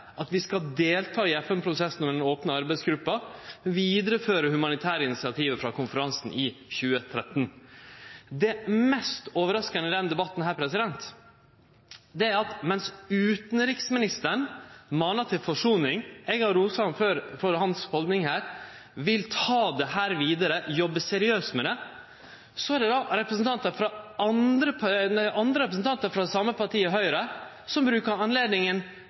at ein skal delta i FN-prosessen og den opne arbeidsgruppa og vidareføre det humanitære initiativet frå konferansen i 2013. Det mest overraskande i denne debatten er at mens utanriksministeren manar til forsoning – eg har før rosa han for hans haldning her – og vil ta dette vidare og jobbe seriøst med det, er det andre representantar frå